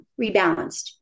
rebalanced